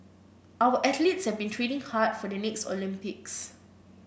our athletes have been training hard for the next Olympics